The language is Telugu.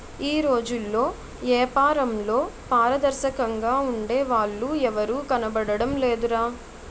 ఈ రోజుల్లో ఏపారంలో పారదర్శకంగా ఉండే వాళ్ళు ఎవరూ కనబడడం లేదురా